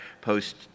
post